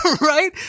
Right